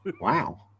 Wow